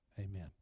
amen